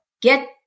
Get